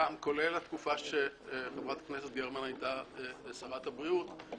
כולל התקופה שחברת הכנסת גרמן היתה שרת הבריאות,